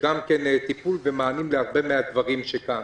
טיפול ומענים בהרבה מאוד מהדברים שכאן.